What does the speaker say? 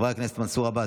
חברי הכנסת מנסור עבאס,